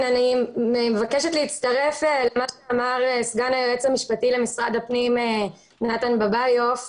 להצטרף למה שאמר סגן היועץ המשפטי למשרד המשפטים נתן בביוף,